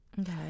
Okay